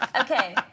Okay